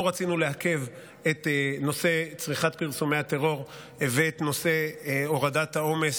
לא רצינו לעכב את נושא צריכת פרסומי הטרור ואת נושא הורדת העומס